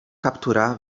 kaptura